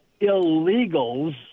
illegals